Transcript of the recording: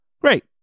Great